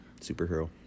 superhero